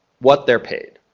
what they're paid,